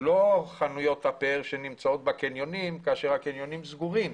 לא חנויות הפאר שנמצאות בקניונים כאשר הקניונים סגורים.